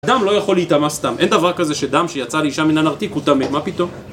דם לא יכול להיטמא סתם, אין דבר כזה שדם שיצא לאישה מן הנרתיק הוא טמא, מה פתאום?